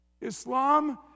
Islam